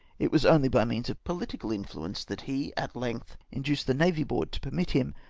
it was only by means of pohtical influence that he at length induced the navy board to permit him,